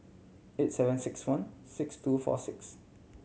eight seven six one six two four six